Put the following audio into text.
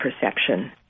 perception